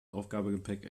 aufgabegepäck